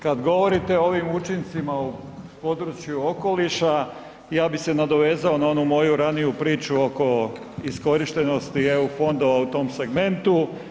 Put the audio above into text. Kad govorite o ovim učincima o području okoliša, ja bi se nadovezao na onu moju raniju priču oko iskorištenosti Eu fondova u tom segmentu.